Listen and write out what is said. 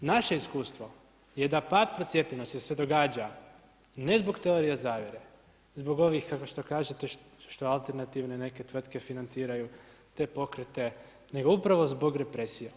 Naše iskustvo je da pad procijepljenosti se događa ne zbog teorije zavjere zbog ovih kao što kažete što alternativne neke tvrtke financiraju te pokrete, nego upravo zbog represije.